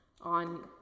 on